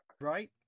Right